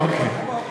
אוקיי.